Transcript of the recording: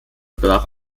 brach